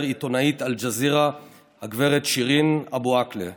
עיתונאית אל-ג'זירה גב' שירין אבו עאקלה.